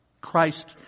Christ